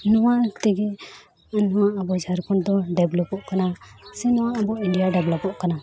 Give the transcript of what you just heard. ᱱᱚᱣᱟ ᱛᱮᱜᱮ ᱱᱚᱣᱟ ᱟᱵᱚ ᱡᱷᱟᱲᱠᱷᱚᱸᱰ ᱫᱚ ᱰᱮᱵᱷᱞᱚᱯᱚᱜ ᱠᱟᱱᱟ ᱥᱮ ᱱᱚᱣᱟ ᱟᱵᱚ ᱤᱱᱰᱤᱭᱟ ᱰᱮᱵᱷᱞᱚᱯᱚᱜ ᱠᱟᱱᱟ